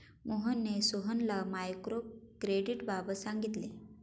मोहनने सोहनला मायक्रो क्रेडिटबाबत सांगितले